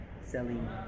selling